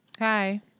Hi